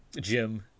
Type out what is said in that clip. Jim